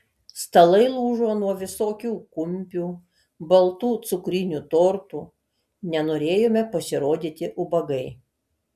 stalai lūžo nuo visokių kumpių baltų cukrinių tortų nenorėjome pasirodyti ubagai